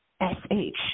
S-H